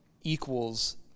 equals